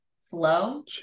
Slow